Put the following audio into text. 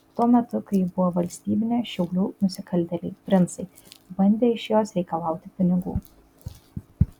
tuo metu kai ji buvo valstybinė šiaulių nusikaltėliai princai bandė iš jos reikalauti pinigų